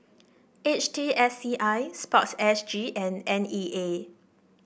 H T S C I sports S G and N E A